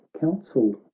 council